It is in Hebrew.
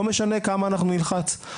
לא משנה כמה אנחנו נלחץ.